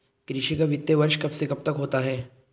कृषि का वित्तीय वर्ष कब से कब तक होता है?